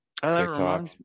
TikTok